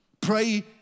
Pray